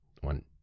One